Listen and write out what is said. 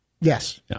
Yes